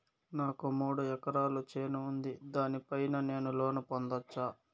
నాకు మూడు ఎకరాలు చేను ఉంది, దాని పైన నేను లోను పొందొచ్చా?